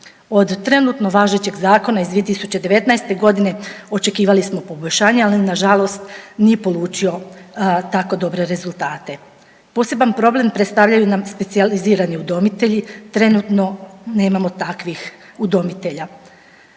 Od trenutno važećeg zakona iz 2019.g. očekivali smo poboljšanje, ali nažalost nije polučio tako dobre rezultate. Poseban problem predstavljaju nam specijalizirani udomitelji, trenutno nemamo takvih udomitelja.